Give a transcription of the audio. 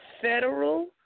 federal